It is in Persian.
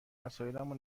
وسایلامو